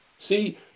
See